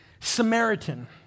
Samaritan